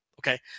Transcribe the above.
Okay